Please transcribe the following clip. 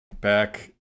Back